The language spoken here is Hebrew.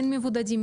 אין מבודדים?